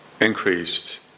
increased